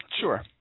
Sure